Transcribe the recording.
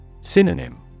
Synonym